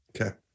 Okay